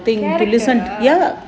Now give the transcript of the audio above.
character